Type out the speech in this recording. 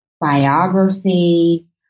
biography